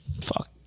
Fuck